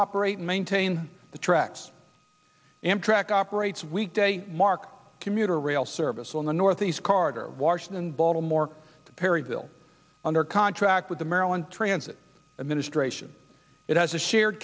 operate maintain the tracks amtrak operates weekday mark commuter rail service on the northeast corridor washington baltimore the perry deal under contract with the maryland transit administration it has a shared